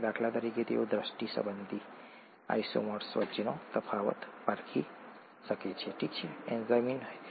દાખલા તરીકે તેઓ ર્દષ્ટિ સંબંધી આઇસોમર્સ વચ્ચેનો તફાવત પારખી શકે છે અને માત્ર એક જ પ્રકારના ઓપ્ટિકલ આઇસોમર પર કામ કરી શકે છે ઠીક છે